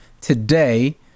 Today